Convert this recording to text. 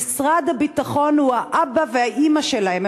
משרד הביטחון הוא האבא והאימא שלהם.